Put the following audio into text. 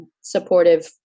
supportive